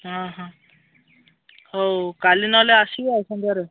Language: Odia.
ହଁ ହଁ ହଉ କାଲି ନହେଲେ ଆସିବା ସନ୍ଧ୍ୟାରେ